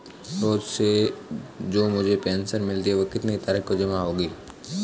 रोज़ से जो मुझे पेंशन मिलती है वह कितनी तारीख को जमा होगी?